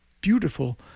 beautiful